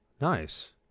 Nice